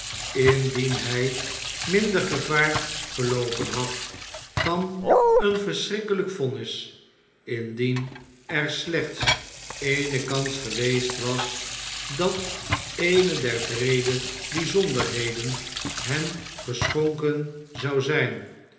indien hy minder gevaar geloopen had van een verschrikkeljjk vonnis indien er slechts eene kans geweest was dat eene der wreede bponderheden hem geschonken zou zjjn